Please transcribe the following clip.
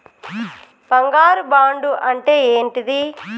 బంగారు బాండు అంటే ఏంటిది?